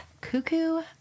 Cuckoo